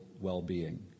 well-being